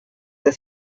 the